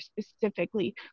specifically